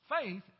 faith